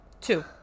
Two